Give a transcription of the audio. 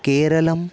केरलम्